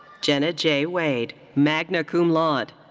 jenna j. wade, magna cum laude.